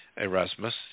Erasmus